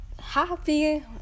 happy